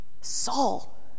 Saul